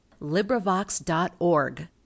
LibriVox.org